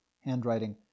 handwriting